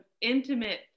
intimate